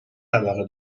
علاقه